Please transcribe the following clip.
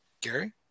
Gary